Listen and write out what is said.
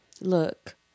Look